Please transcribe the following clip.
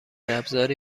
ابزاری